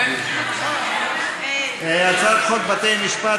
ועדת המשמעת